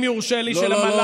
אם יורשה לי, של המל"ל.